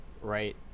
Right